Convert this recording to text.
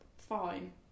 Fine